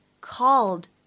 called